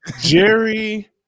Jerry